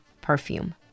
perfume